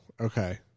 okay